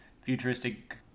futuristic